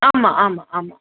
ஆமாம் ஆமாம் ஆமாம்